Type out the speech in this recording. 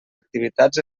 activitats